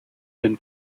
been